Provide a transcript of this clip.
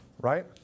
Right